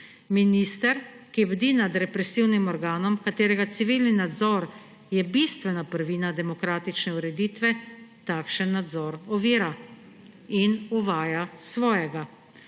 Minister, ki bdi nad represivnim organom, katerega civilni nadzor je bistvena prvina demokratične ureditve, takšen nadzor ovira in uvaja svojega,